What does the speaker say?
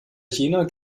jener